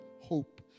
hope